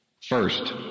First